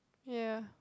ya